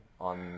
on